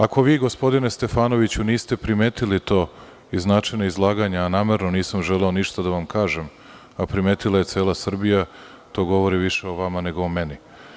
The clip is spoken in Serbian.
Ako gospodine Stefanoviću niste to primetili iz načina izlaganja, a namerno nisam želeo ništa da vam kažem, primetila je cela Srbija, to govori više o vama nego o meni.